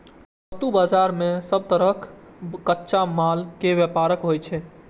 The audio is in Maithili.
वस्तु बाजार मे सब तरहक कच्चा माल के व्यापार होइ छै